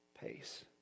pace